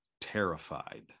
terrified